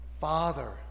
Father